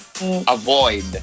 avoid